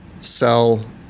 sell